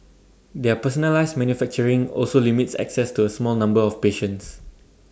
their personalised manufacturing also limits access to A small numbers of patients